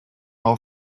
all